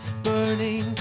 burning